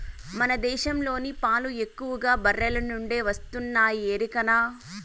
మన దేశంలోని పాలు ఎక్కువగా బర్రెల నుండే వస్తున్నాయి ఎరికనా